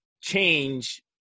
change